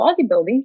bodybuilding